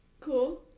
Cool